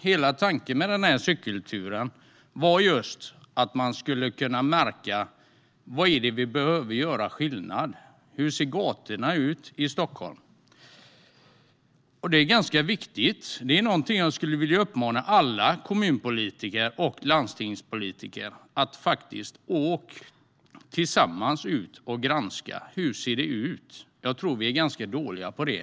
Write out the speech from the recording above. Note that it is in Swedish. Hela tanken med cykelturen var just att man skulle märka var vi behöver göra skillnad. Hur ser gatorna ut i Stockholm? Detta är ganska viktigt och något jag skulle vilja uppmana alla kommun och landstingspolitiker att göra: Åk tillsammans ut och granska hur det ser ut! Jag tror att vi är ganska dåliga på det.